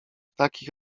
takich